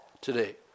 today